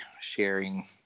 sharing